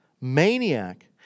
maniac